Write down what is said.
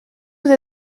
vous